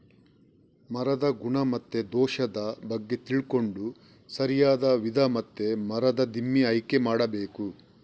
ಮರದ ಗುಣ ಮತ್ತೆ ದೋಷದ ಬಗ್ಗೆ ತಿಳ್ಕೊಂಡು ಸರಿಯಾದ ವಿಧ ಮತ್ತೆ ಮರದ ದಿಮ್ಮಿ ಆಯ್ಕೆ ಮಾಡಬೇಕು